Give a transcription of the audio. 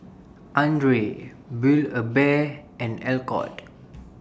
Andre Build A Bear and Alcott